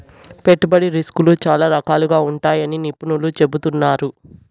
పెట్టుబడి రిస్కులు చాలా రకాలుగా ఉంటాయని నిపుణులు చెబుతున్నారు